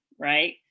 right